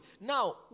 Now